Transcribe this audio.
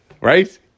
right